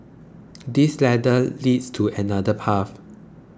this ladder leads to another path